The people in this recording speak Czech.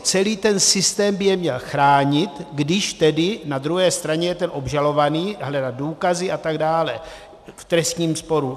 Celý ten systém by je měl chránit, když tedy na druhé straně je ten obžalovaný, hledat důkazy atd. v trestním sporu.